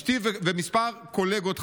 אשתי וכמה קולגות,